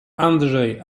andrzej